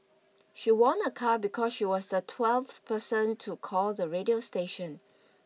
she won a car because she was the twelfth person to call the radio station